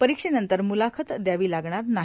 परीक्षेनंतर मुलाखत द्यावी लागणार नाही